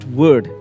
word